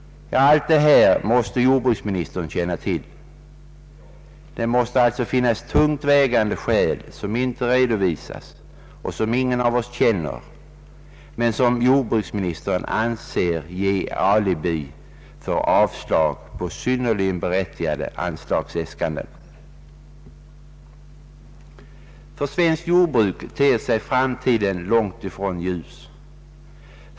Allt detta måste jordbruksministern känna till. Det måste alltså finnas tungt vägande skäl, som inte redovisats och som ingen av oss känner men som jordbruksministern anser motivera avslag på synnerligen berättigade anslagsäskanden. För svenskt jordbruk ter sig framtiden långt ifrån ljus.